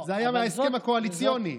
זה היה בהסכם הקואליציוני.